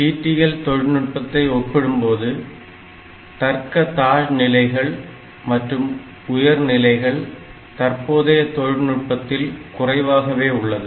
TTL தொழில்நுட்பத்தை ஒப்பிடும்போது தர்க்க தாழ் நிலைகள் மற்றும் உயர் நிலைகள் தற்போதைய தொழில்நுட்பத்தில் குறைவாகவே உள்ளது